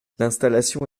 l’installation